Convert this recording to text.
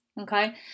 Okay